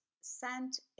sent